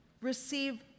receive